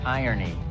irony